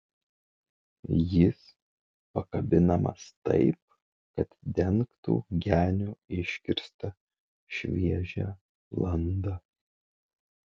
jis pakabinamas taip kad dengtų genio iškirstą šviežią landą